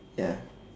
ya